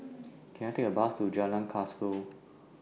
Can I Take A Bus to Jalan Kasau